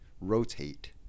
rotate